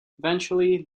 eventually